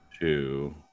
Two